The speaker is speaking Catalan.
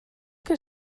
que